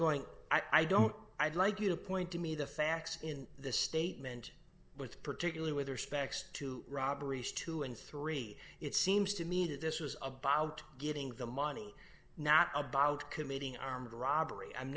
going i don't i'd like you to point to me the facts in the statement with particular with your specs to robberies two and three it seems to me that this was about getting the money not about committing armed robbery i'm